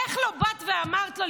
איך לא באת ואמרת לו,